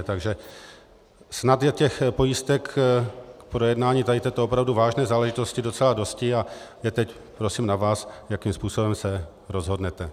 Takže snad je těch pojistek k projednání této opravdu vážné záležitosti docela dosti a je teď prosím na vás, jakým způsobem se rozhodnete.